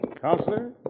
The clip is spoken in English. Counselor